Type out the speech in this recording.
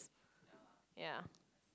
ya